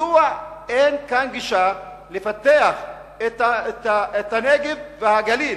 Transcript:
מדוע אין כאן גישה לפתח את הנגב והגליל